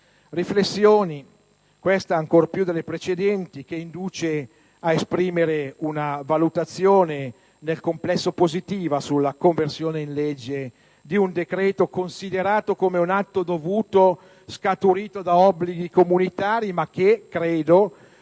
Riflessioni, questa ancor più delle precedenti, che inducono ad esprimere una valutazione nel complesso positiva sulla conversione in legge di un decreto-legge considerato come un atto dovuto, scaturito da obblighi comunitari, ma che, credo,